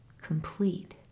complete